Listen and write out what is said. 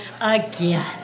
again